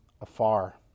afar